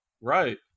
Right